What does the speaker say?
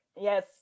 Yes